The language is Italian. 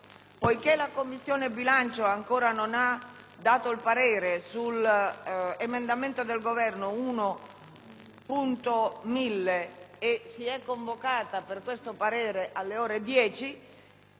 Poiché la Commissione bilancio non ha ancora dato il parere sull'emendamento del Governo 1.1000 e si è convocata per esprimere tale parere alle ore 10,